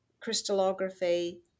crystallography